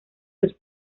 los